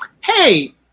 hey